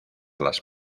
las